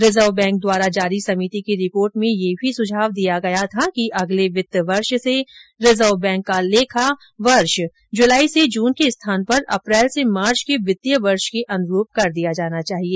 reserve bank द्वारा जारी समिति की रिपोर्ट में यह भी सुझाव दिया गया था कि अगले वित्तीय वर्ष से रिजर्व बैंक का लेखा वर्ष जुलाई से जून के स्थान पर अप्रैल से मार्च के वित्तीय वर्ष के अनुरूप कर दिया जाना चाहिए